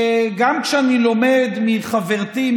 גם כשאני לומד מחברתי,